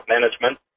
management